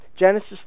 Genesis